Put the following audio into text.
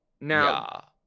Now